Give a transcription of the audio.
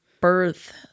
birth